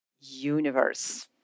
universe